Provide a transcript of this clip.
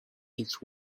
each